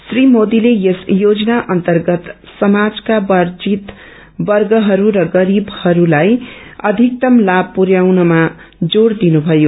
श्री मोदीले यस योजना अन्तर्गत समाजका वंन्वित वर्गहरू र गरीबहरूलाई अविक्तम लाभ पुरयाउनमा जोड़ दिनुभयो